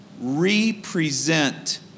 represent